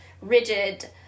rigid